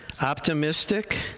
optimistic